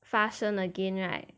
发生 again right